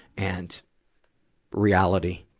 and reality,